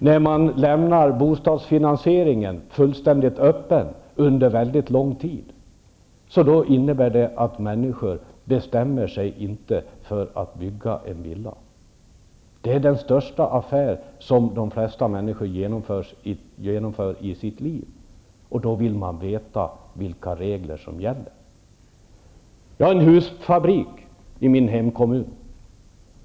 När man lämnar bostadsfinansieringen helt öppen under väldigt lång tid, innebär det att människor inte bestämmer sig för att bygga en villa. Det är den största affär som de flesta människor gör i sitt liv. Då vill man veta vilka regler som gäller. Vi har i min hemkommun en husfabrik.